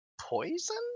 poison